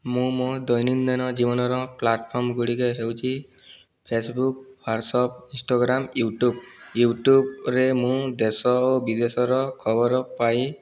ମୁଁ ମୋ ଦୈନନ୍ଦିନ ଜୀବନର ପ୍ଲାଟଫର୍ମ ଗୁଡ଼ିକ ହେଉଛି ଫେସବୁକ୍ ହ୍ୱାଟ୍ସଅପ୍ ଇଂଷ୍ଟାଗ୍ରାମ ୟୁଟ୍ୟୁବ ୟୁଟ୍ୟୁବରେ ମୁଁ ଦେଶ ଓ ବିଦେଶର ଖବର ପାଇ